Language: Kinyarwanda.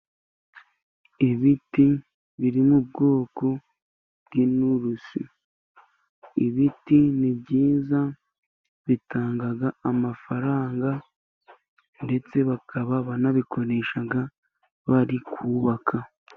Ibiti biri mu bwoko bw'inturusi, ibiti ni byiza bitanga amafaranga, ndetse bakaba banabikoresha bari kubaka.